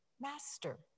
Master